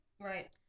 right